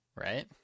right